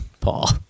Paul